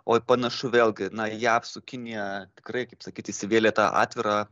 o panašu vėlgi na jav su kinija tikrai kaip sakyt įsivėlė į tą atvirą